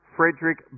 Frederick